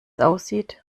aussieht